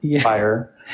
Fire